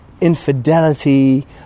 infidelity